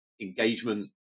engagement